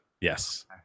yes